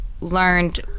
learned